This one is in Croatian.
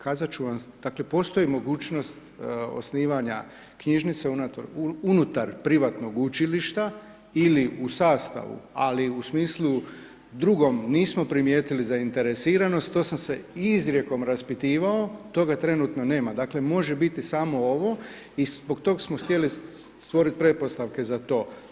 Kazat ću vam, dakle postoji mogućnost osnivanja knjižnica unutar privatnog učilišta ili u sastavu ali u smislu drugom nismo primijetili zainteresiranost to sam se izrijekom raspitivao, toga trenutno nema, dakle može biti samo ovo i zbog tog smo htjeli stvorit pretpostavke za to.